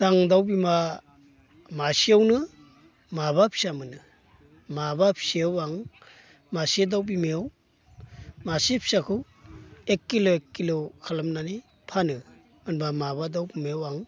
आं दाउ बिमा मासेयावनो माबा फिसा मोनो माबा फिसायाव आं मासे दाउ बिमायाव मासे फिसाखौ एग खिल' एग खिल' खालामनानै फानो होनबा माबा दाउ बिमायाव आं